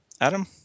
Adam